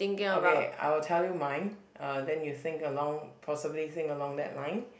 okay I would tell you mine uh then you think along possibly think along that line